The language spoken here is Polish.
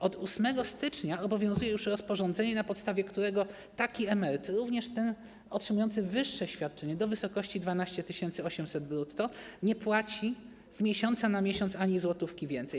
Od 8 stycznia obowiązuje już rozporządzenie, na podstawie którego taki emeryt, również ten otrzymujący wyższe świadczenie do wysokości 12 800 zł brutto, nie płaci z miesiąca na miesiąc ani złotówki więcej.